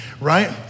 right